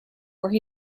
where